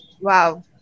Wow